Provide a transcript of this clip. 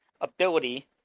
ability